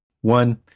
One